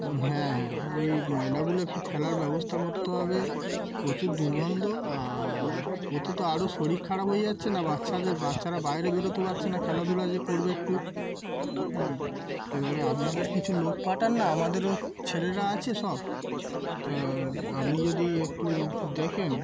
হ্যাঁ হ্যাঁ ওই ময়লাগুলো একটু ফেলার ব্যবস্থা করতে হবে প্রচুর দুর্গন্ধ আর ওতে তো আরও শরীর খারাপ হয়ে যাচ্ছে না বাচ্চাদের বাচ্চারা বাইরে বেরোতে পারছে না খেলাধুলা যে করবে একটু হুম এবারে আপনাদের কিছু লোক পাঠান না আমাদেরও ছেলেরা আছে সব তা আপনি যদি একটু দেখেন